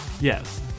Yes